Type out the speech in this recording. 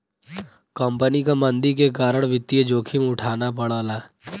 company क मंदी के कारण वित्तीय जोखिम उठाना पड़ला